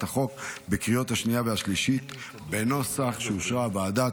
החוק בקריאות השנייה והשלישית בנוסח שאישרה הוועדה,